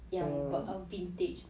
ya but a vintage